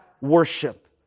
worship